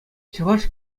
чӑваш